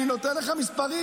אני נותן לך מספרים.